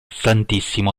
santissimo